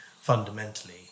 fundamentally